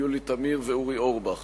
התש"ע 2010, עבר בקריאה